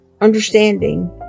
understanding